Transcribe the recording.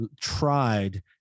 tried